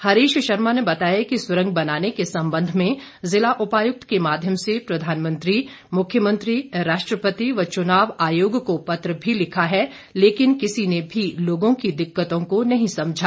हरीश शर्मा ने बताया कि सुरंग बनाने के संबंध में जिला उपायुक्त के माध्यम से प्रधानमंत्री मुख्यमंत्री राष्ट्रपति व चुनाव आयोग को पत्र भी लिखा है लेकिन किसी ने भी लोगों की दिक्कतों को नहीं समझा